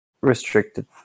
restricted